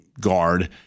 guard